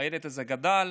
הילד הזה גדל,